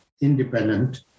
independent